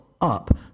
up